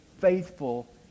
faithful